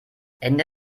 ende